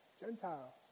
Gentile